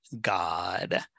God